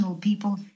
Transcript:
people